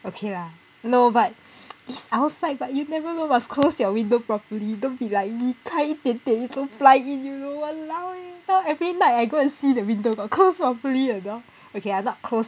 okay lah no but it's outside but you never know must close your window properly don't be like me 开一点点就 fly in you know !walao! eh now every night I go and see the window got close probably or not okay lah not close